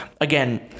again